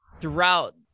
throughout